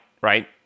right